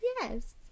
Yes